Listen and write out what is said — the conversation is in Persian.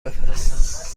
بفرستم